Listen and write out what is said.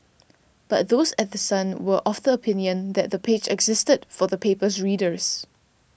but those at The Sun were of the opinion that the page existed for the paper's readers